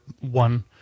one